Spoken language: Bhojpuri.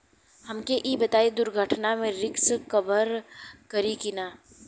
हमके ई बताईं दुर्घटना में रिस्क कभर करी कि ना?